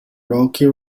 rocky